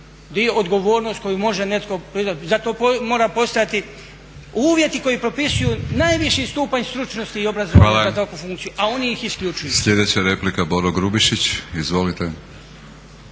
mogući odgovornost koju može netko …, zato mora postojati uvjeti koji propisuju najviši stupanj stručnosti i obrazovanja za takvu funkciju, a oni ih isključuju.